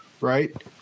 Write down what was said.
right